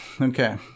Okay